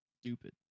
Stupid